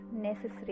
necessary